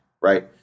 Right